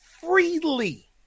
freely